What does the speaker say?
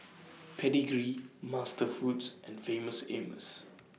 Pedigree Master Foods and Famous Amos